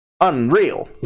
Unreal